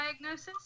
diagnosis